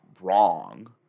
wrong